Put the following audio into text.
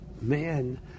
man